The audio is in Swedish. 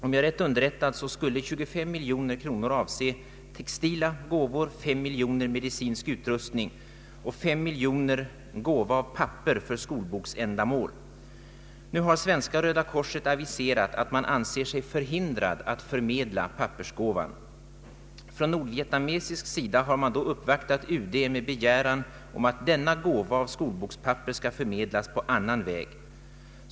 Om jag är rätt underrättad skulle 25 miljoner kronor avse textila gåvor, 5 miljoner kronor medicinsk utrustning och 5 miljoner kronor gåva av papper för skolboksändamål. Nu har Svenska röda korset aviserat att man anser sig förhindrad att förmedla pappersgåvan. Från nordvietnamesisk sida har man då uppvaktat UD med begäran att denna gåva av skolbokspapper skall förmedlas på annan väg.